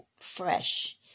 fresh